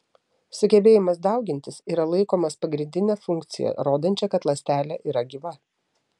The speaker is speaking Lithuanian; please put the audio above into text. sugebėjimas daugintis yra laikomas pagrindine funkcija rodančia kad ląstelė yra gyva